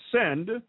send